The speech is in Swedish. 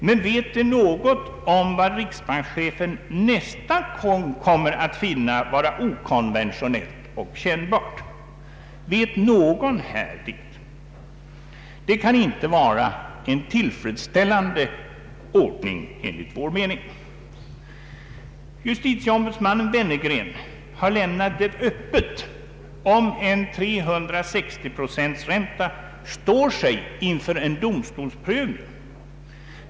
Men vet de något om vad riksbankschefen nästa gång kommer att finna vara ”okonventionellt och kännbart”? Vet någon här det? Detta kan enligt vår mening inte vara en tillfredsställande ordning. Justiticombudsmannen Wennergren har lämnat det öppet om en 360-procentig ränta står sig inför en domstolsprövning.